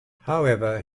however